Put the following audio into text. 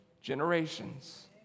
generations